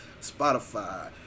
Spotify